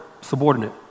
subordinate